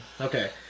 Okay